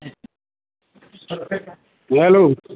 ऐसे professor mobile लो